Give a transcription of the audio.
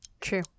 True